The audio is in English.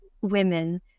women